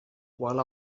while